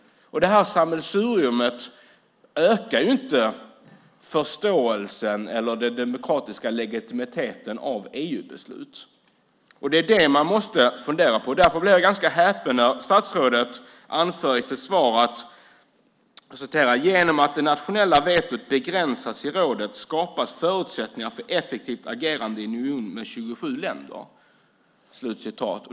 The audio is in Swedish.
Detta sammelsurium ökar inte förståelsen eller den demokratiska legitimiteten av EU-beslut. Det är det man måste fundera på. Därför blir jag ganska häpen när statsrådet i sitt svar anför: "Genom att det nationella vetot begränsas i rådet skapas förutsättningar för effektivt agerande i en union med 27 länder."